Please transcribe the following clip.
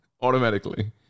automatically